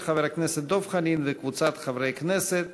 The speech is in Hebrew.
של חבר הכנסת דב חנין וקבוצת חברי הכנסת.